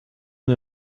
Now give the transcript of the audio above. nur